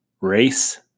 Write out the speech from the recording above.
race